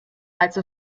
also